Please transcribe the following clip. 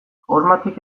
hormatik